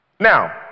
Now